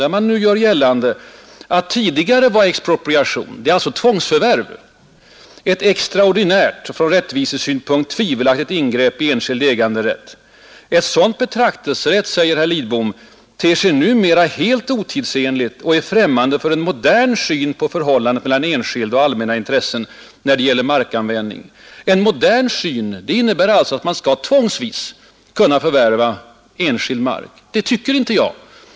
Där görs gällande att expropriation — alltså tvångsförvärv — tidigare var ”ett extraordinärt och från rättvisesynpunkt tvivelaktigt ingrepp i enskild äganderätt”. Ett sådant betraktelsesätt, säger herr Lidbom, ”ter sig numera helt otidsenligt och är främmande för en modern syn på förhållandet mellan enskilda och allmänna intressen när det gäller markanvändning”. En ”modern syn” skulle alltså innebära att man skall kunna generellt tvångsvis förvärva enskild mark. Det tycker inte jag.